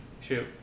Shoot